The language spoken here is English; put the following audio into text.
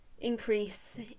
increase